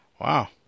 Wow